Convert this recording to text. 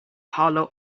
hollow